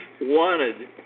wanted